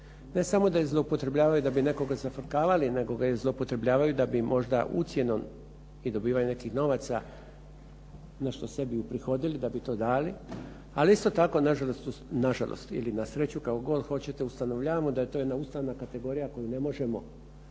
Ne samo da je zloupotrebljavaju da bi nekoga zafrkavali, nego ga i zloupotrebljavaju da bi možda ucjenom i dobivanjem nekih novaca nešto sebi uprihodili, da bi to dali. Ali isto tako na žalost ili na sreću kako god hoćete ustanovljavamo da je to jedna ustavna kategorija koju ne možemo zanemariti,